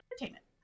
entertainment